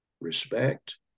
respect